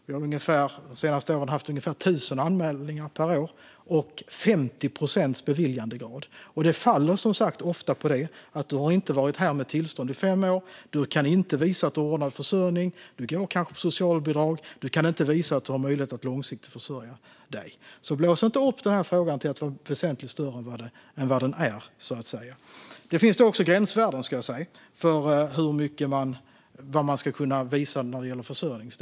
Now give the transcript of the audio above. De senaste åren har det varit ungefär tusen anmälningar per år och 50 procents beviljandegrad. Det faller ofta på att du inte har vistats här med tillstånd i fem år och att du inte kan visa att du har ordnad försörjning. Du går kanske på socialbidrag, och du kan inte visa att du har möjlighet att långsiktigt försörja dig. Blås inte upp frågan till att vara väsentligt större än vad den är! Det finns också gränsvärden för vad du måste visa när det gäller försörjningen.